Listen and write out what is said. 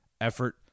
effort